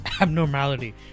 abnormality